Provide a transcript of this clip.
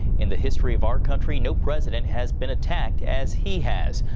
in the history of our country, no president has been attacked as he has.